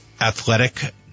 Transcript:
athletic